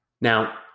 Now